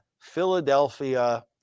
Philadelphia